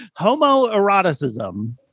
homoeroticism